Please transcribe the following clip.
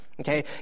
Okay